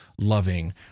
loving